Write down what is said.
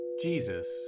Jesus